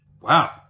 Wow